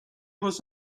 was